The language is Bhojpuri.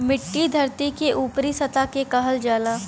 मट्टी धरती के ऊपरी सतह के कहल जाला